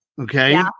okay